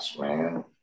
man